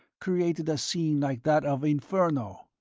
created a scene like that of inferno,